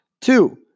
Two